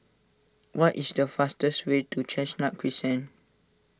what is the fastest way to Chestnut Crescent